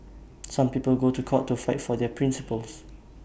some people go to court to fight for their principles